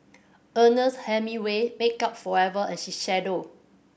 Ernest Hemingway Makeup Forever and Shiseido